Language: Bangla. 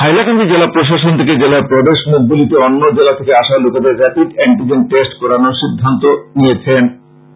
হাইলাকান্দি জেলা প্রশাসন জেলার প্রবেশ মুখগুলিতে অন্য জেলা থেকে আসা লোকেদের এন্টিজেন টেস্ট করানোর সিদ্ধান্ত হয়েছে